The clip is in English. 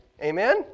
Amen